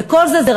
וכל זה,